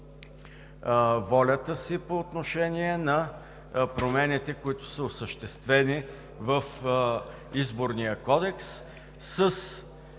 волята си по отношение на промените, които са осъществени в Изборния кодекс, с